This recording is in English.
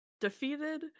Defeated